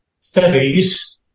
studies